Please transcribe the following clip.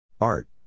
Art